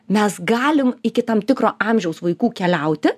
mes galim iki tam tikro amžiaus vaikų keliauti